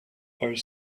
are